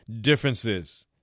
differences